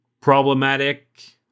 problematic